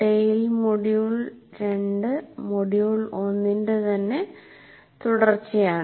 tail module 2 module 1 ന്റെ തന്നെ തുടർച്ചയാണ്